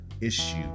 issue